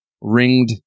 ringed